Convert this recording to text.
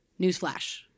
Newsflash